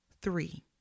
three